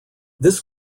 this